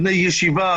בני ישיבה,